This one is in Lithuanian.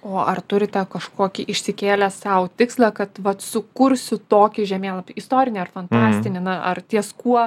o ar turite kažkokį išsikėlę sau tikslą kad vat sukursiu tokį žemėlapį istorinį ar fantastinį na ar ties kuo